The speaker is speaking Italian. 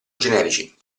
generici